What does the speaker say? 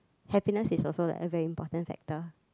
happiness is also a very important factor